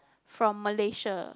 from Malaysia